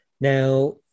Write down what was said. now